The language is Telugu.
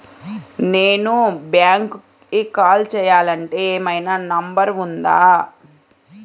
నేను బ్యాంక్కి కాల్ చేయాలంటే ఏమయినా నంబర్ ఉందా?